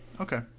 okay